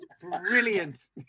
brilliant